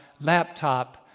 laptop